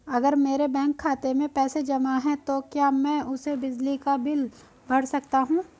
अगर मेरे बैंक खाते में पैसे जमा है तो क्या मैं उसे बिजली का बिल भर सकता हूं?